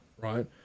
right